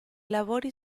lavori